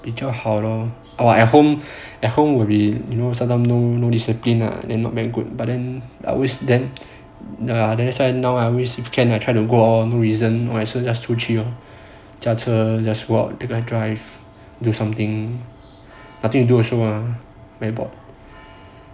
比较好 lor at home at home would be you know sometimes no no discipline lah then not very good but then I always then no then that's why now I always if can I try to go out for no reason why so just 出去 lor 驾车 just go out drive do something I think you do the same ah right